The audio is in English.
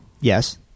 Yes